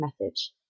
message